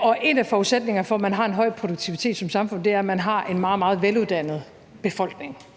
og en forudsætningerne for, at man har en høj produktivitet som samfund, er, at man har en meget, meget veluddannet befolkning.